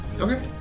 Okay